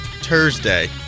Thursday